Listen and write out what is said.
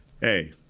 hey